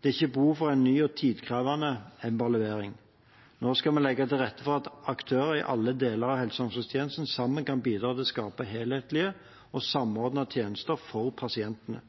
Det er ikke behov for en ny og tidkrevende evaluering. Nå skal vi legge til rette for at aktører i alle deler av helse- og omsorgstjenesten sammen kan bidra til å skape helhetlige og samordnede tjenester for pasientene.